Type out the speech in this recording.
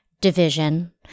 division